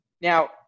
Now